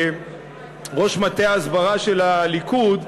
כראש מטה ההסברה של הליכוד,